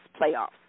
playoffs